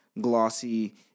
glossy